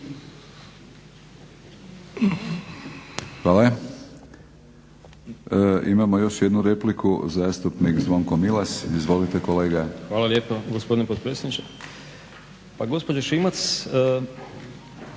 Hvala. Imamo još jednu repliku. Zastupnik Zvonko Milas. Izvolite kolega. **Milas, Zvonko (HDZ)** Hvala lijepa gospodine potpredsjedniče. Pa gospođa Šimac